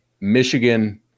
Michigan